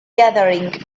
gathering